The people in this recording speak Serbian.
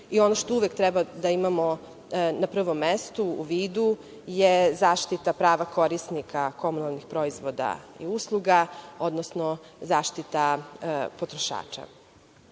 Ono što uvek treba da imamo na prvom mestu u vidu, je zaštita prava korisnika komunalnih proizvoda i usluga, odnosno zaštita potrošača. Naravno,